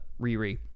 Riri